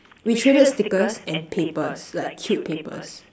we traded stickers and papers like cute papers